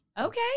Okay